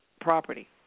property